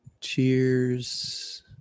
Cheers